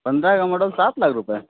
पंद्रह का मॉडल सात लाख रुपये